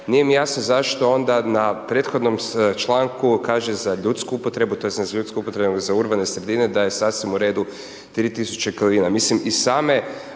nije mi jasno zašto onda na prethodnom članku kaže za ljudsku upotrebu tj. ne za ljudsku upotrebu, nego za urbane sredine da je sasvim u redu 3000 kelvina. Mislim i same,